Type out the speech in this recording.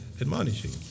admonishing